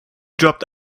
dropped